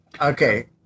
okay